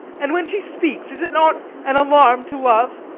and when she speaks, is it not an alarm to love?